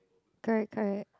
correct correct